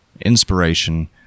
inspiration